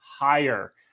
Higher